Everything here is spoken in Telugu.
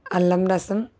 అల్లం రసం